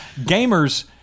Gamers